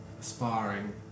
sparring